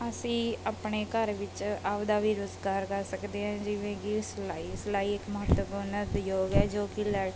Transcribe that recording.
ਅਸੀਂ ਆਪਣੇ ਘਰ ਵਿੱਚ ਆਪਦਾ ਵੀ ਰੁਜ਼ਗਾਰ ਕਰ ਸਕਦੇ ਹਾਂ ਜਿਵੇਂ ਕਿ ਸਿਲਾਈ ਸਿਲਾਈ ਇੱਕ ਮਹੱਤਵਪੂਰਨ ਉਦਯੋਗ ਹੈ ਜੋ ਕਿ ਲੈ